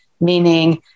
meaning